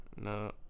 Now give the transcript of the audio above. No